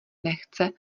nechce